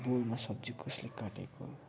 बोलमा सब्जी कसले काटेको